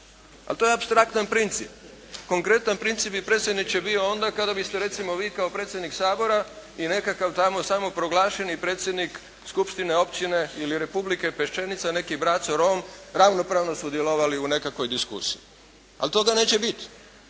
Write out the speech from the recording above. Ali to je apstraktan princip. Konkretan princip bi predsjedniče bio onda kada biste recimo vi kao predsjednik Sabora i nekakav tamo samoproglašeni predsjednik skupštine općine ili republike Pešćenica, neki «Braco Rom» ravnopravno sudjelovali u nekakvoj diskusiji. Ali toga neće biti.